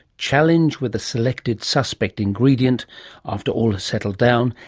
challenged with a selected suspect ingredient after all has settled down,